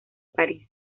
parís